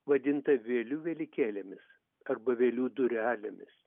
vadinta vėlių velykėlėmis arba vėlių durelėmis